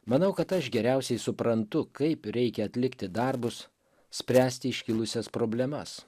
manau kad aš geriausiai suprantu kaip reikia atlikti darbus spręsti iškilusias problemas